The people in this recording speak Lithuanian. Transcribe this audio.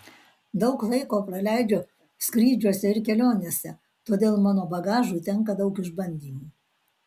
daug laiko praleidžiu skrydžiuose ir kelionėse todėl mano bagažui tenka daug išbandymų